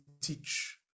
teach